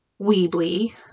Weebly